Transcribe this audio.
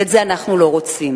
ואת זה אנחנו לא רוצים.